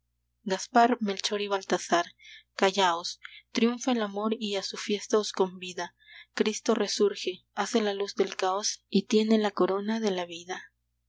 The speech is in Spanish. gaspar melchor y baltasar callaos triunfa el amor y a su fiesta os convida cristo resurge hace la luz del caos y tiene la corona de la vida